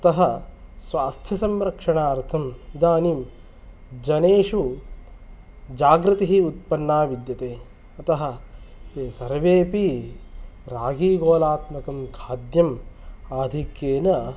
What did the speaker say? अतः स्वास्थ्य संरक्षणार्थम् इदानीं जनेषु जागृतिः उत्पन्ना विद्यते अतः ते सर्वेपि रागीगोलात्मकं खाद्यम् आधिक्येन